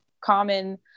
common